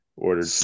Ordered